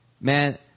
Man